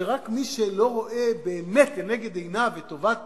שרק מי שלא רואה באמת לנגד עיניו את טובת